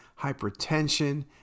hypertension